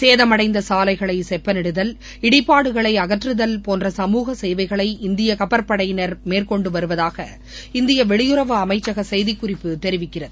சேதமடந்த சாலைகளை செப்பனிடுதல் இடிபாடுகளை அகற்றுதல் போன்ற சமூக சேவைகளை இந்திய கப்பற்படையினர் மேற்கொண்டு வருவதாக இந்திய வெளியுறவு அமைச்சக செய்திக்குறிப்பு தெரிவிக்கிறது